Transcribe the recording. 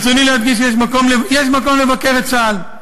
ברצוני להדגיש שיש מקום לבקר את צה"ל,